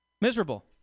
miserable